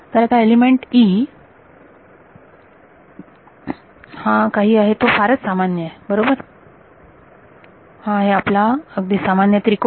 तर आता element e आता काही आहे की तो फारच सामान्य आहे बरोबर आहे आपला अगदी सामान्य त्रिकोण